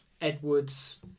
Edwards